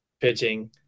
pitching